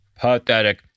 pathetic